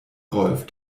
rolf